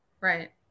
Right